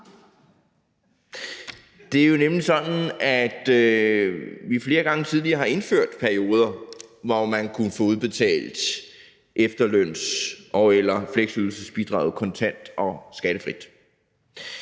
Det er jo nemlig sådan, at vi flere gange tidligere har indført perioder, hvor man kunne få udbetalt efterløns- og/eller fleksydelsesbidraget kontant og skattefrit.